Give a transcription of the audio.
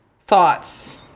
thoughts